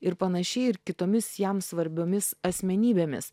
ir panašiai ir kitomis jam svarbiomis asmenybėmis